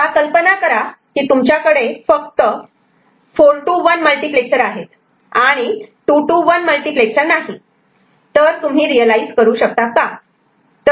आता कल्पना करा की तुमच्याकडे फक्त 4 to 1 मल्टिप्लेक्सर आहेत आणि 2 to 1 मल्टिप्लेक्सर नाही तर तुम्ही रियलायझ करू शकता का